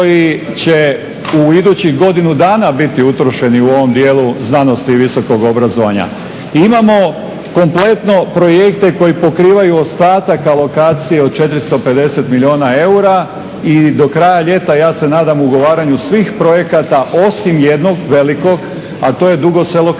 u idućih godinu dana biti utrošeni u ovom dijelu znanosti i visokog obrazovanja. I imamo kompletno projekte koji pokrivaju ostatak alokacije od 450 milijuna eura i do kraja ljeta ja se nadam ugovaranju svih projekata osim jednog velikog a to je Dugo Selo-Križevci